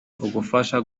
ugufasha